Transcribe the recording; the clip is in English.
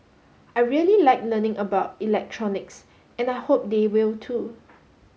I really like learning about electronics and I hope they will too